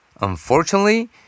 Unfortunately